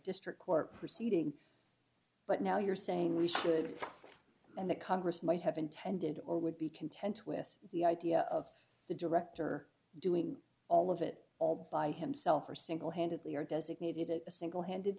district court proceeding but now you're saying we should and the congress might have intended or would be content with the idea of the director doing all of it all by himself or single handedly or designated a single handed